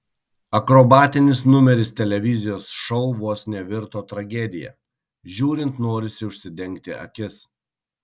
akrobatinis numeris televizijos šou vos nevirto tragedija žiūrint norisi užsidengti akis